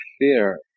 fear